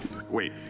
Wait